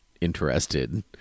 interested